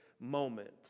moment